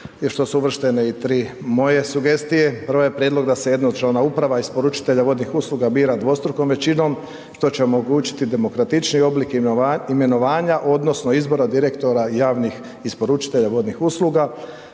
i što su uvrštene i 3 moje sugestije, prva je prijedlog da se jednočlana uprava isporučitelja vodnih usluga bira dvostrukom većinom, što će omogućiti demokratičniji oblik imenovanja odnosno izbora direktora javnih isporučitelja vodnih usluga